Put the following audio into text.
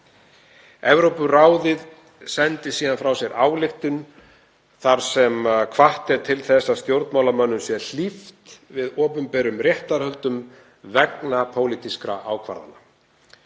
Evrópuráðið sendi síðan frá sér ályktun þar sem hvatt er til þess að stjórnmálamönnum sé hlíft við opinberum réttarhöldum vegna pólitískra ákvarðana.